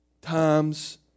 times